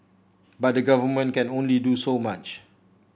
but the Government can only do so much